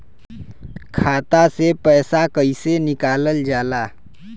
खाता से पैसा कइसे निकालल जाला?